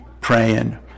praying